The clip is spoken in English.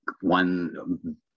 one